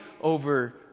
over